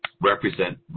represent